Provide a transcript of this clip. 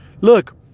look